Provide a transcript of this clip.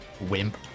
wimp